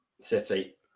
City